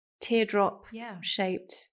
teardrop-shaped